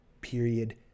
Period